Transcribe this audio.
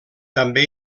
també